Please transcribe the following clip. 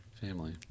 family